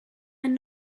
and